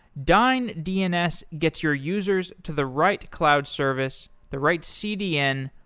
dyn dns gets your users to the right cloud service, the right cdn,